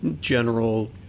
general